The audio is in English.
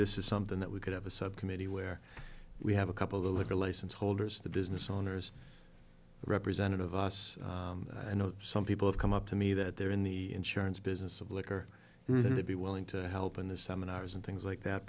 this is something that we could have a subcommittee where we have a couple of the liquor license holders the business owners representative of us and i know some people have come up to me that they're in the insurance business of liquor is going to be willing to help in the seminars and things like that